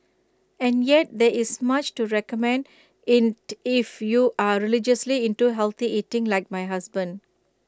and yet there is much to recommend if you are religiously into healthy eating like my husband